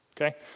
Okay